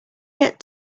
get